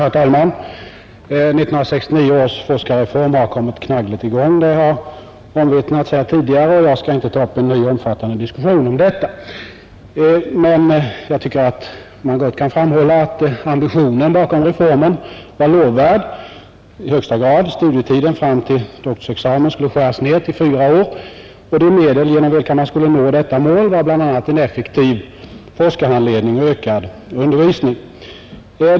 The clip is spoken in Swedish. Herr talman! 1969 års forskarreform har kommit knaggligt i gång, det har omvittnats här tidigare, och jag skall inte ta upp en ny omfattande diskussion om detta. Men man kan gott framhålla att ambitionen bakom reformen var lovvärd i högsta grad: studietiden fram till doktorsexamen skulle skäras ner till fyra år. Och de medel genom vilka man skulle nå detta mål var bl.a. en effektiv forskarhandledning och ökad undervisning.